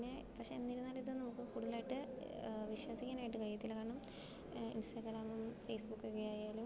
പിന്നേ പക്ഷേ എന്നിരുന്നാലും ഇത് നമുക്ക് കൂടുതലായിട്ട് വിശ്വസിക്കാനായിട്ട് കഴിയത്തില്ല കാരണം ഇൻസ്റ്റഗ്രാമും ഫേസ്ബുക്കൊക്കെ ആയാലും